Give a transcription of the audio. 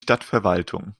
stadtverwaltung